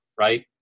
right